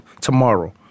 tomorrow